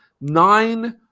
nine